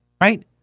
right